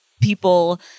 people